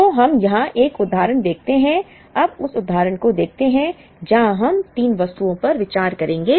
तो हम यहां एक उदाहरण देखते हैं अब इस उदाहरण को देखते हैं जहां हम तीन वस्तुओं पर विचार करेंगे